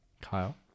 Kyle